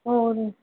ਹੋਰ